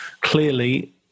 clearly